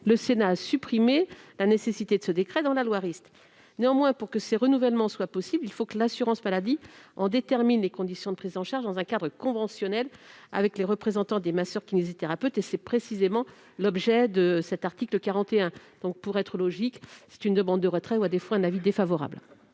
le Sénat avait supprimé la nécessité de ce décret dans la loi Rist. Néanmoins, pour que ces renouvellements soient possibles, il faut que l'assurance maladie en détermine les conditions de prise en charge, dans un cadre conventionnel, avec les représentants des masseurs-kinésithérapeutes. C'est précisément l'objet de cet article 41. Pour être cohérente, je demande le retrait de cet amendement ; à défaut,